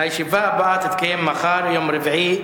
הישיבה הבאה תתקיים מחר, יום רביעי,